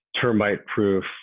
termite-proof